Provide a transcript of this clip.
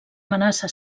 amenaça